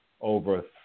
over